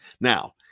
Now